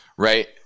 right